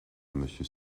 monsieur